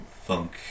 funk